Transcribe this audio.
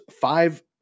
five